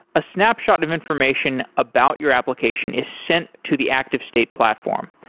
a snapshot of information about your application is sent to the activestate platform.